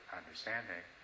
understanding